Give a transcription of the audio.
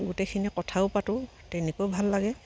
গোটেইখিনি কথাও পাতোঁ তেনেকৈয়ো ভাল লাগে